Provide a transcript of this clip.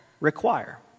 require